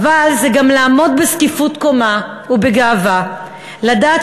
"אבל זה גם לעמוד בזקיפות קומה ובגאווה ולדעת